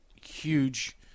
huge